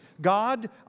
God